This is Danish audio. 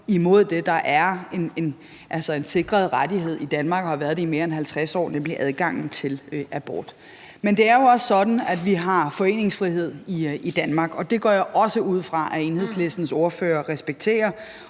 imod det, der er en sikret rettighed i Danmark og har været det i mere end 50 år, nemlig adgangen til abort. Men det er jo også sådan, at vi har foreningsfrihed i Danmark, og det går jeg også ud fra at Enhedslistens ordfører respekterer,